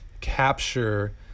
capture